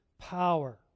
power